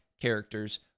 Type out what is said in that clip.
characters